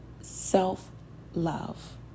self-love